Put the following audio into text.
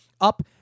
up